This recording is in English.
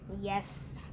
Yes